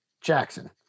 Jackson